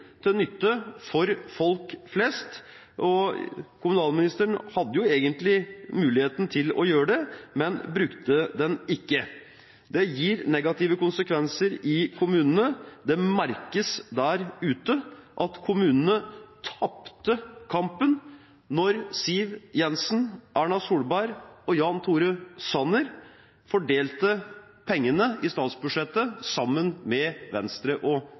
hadde jo egentlig muligheten til å gjøre det, men brukte den ikke. Det gir negative konsekvenser i kommunene. Det merkes der ute at kommunene tapte kampen da Siv Jensen, Erna Solberg og Jan Tore Sanner fordelte pengene i statsbudsjettet sammen med Venstre og